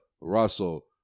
Russell